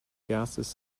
gases